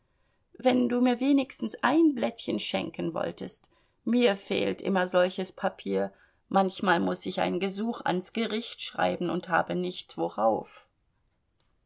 wenn du mir wenigstens ein blättchen schenken wolltest mir fehlt immer solches papier manchmal muß ich ein gesuch ans gericht schreiben und habe nicht worauf